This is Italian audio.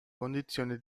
condizioni